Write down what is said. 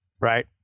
right